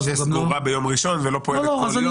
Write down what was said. אז הוא גם לא --- וסגורה ביום ראשון ולא פועלת כל יום.